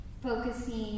focusing